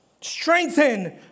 Strengthen